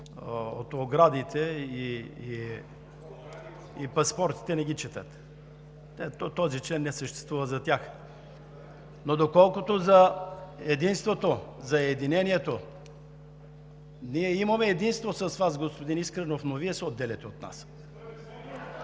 от оградите и паспортите не ги четат. Този член не съществува за тях. Колкото за единството, за единението, ние имаме единство с Вас, господин Искренов, но Вие се отделяте от нас